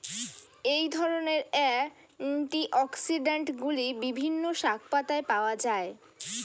এই ধরনের অ্যান্টিঅক্সিড্যান্টগুলি বিভিন্ন শাকপাতায় পাওয়া য়ায়